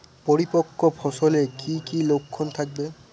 পরিপক্ক ফসলের কি কি লক্ষণ থাকবে?